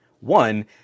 one